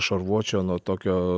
šarvuočio nuo tokio